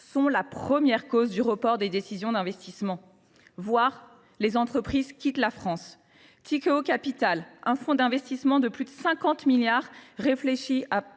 sont la première cause du report des décisions d’investissement. Pis, les entreprises quittent la France. Tikehau Capital, un fonds d’investissement qui gère plus de 50 milliards d’euros